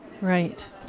Right